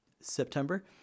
September